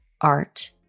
art